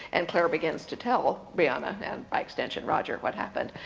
and clarie begins to tell brianna, and and by extension roger, what happened.